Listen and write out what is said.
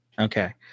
Okay